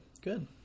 Good